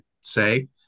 say